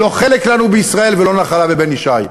לא חלק לנו בישראל ולא נחלה בבן ישי.